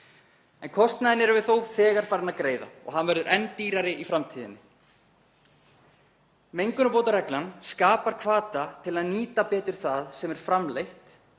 En kostnaðinn erum við þó þegar farin að greiða og hann verður enn meiri í framtíðinni. Mengunarbótareglan skapar hvata til að nýta betur það sem er framleitt